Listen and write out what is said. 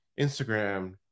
Instagram